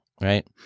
right